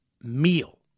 meal